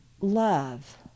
love